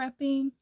prepping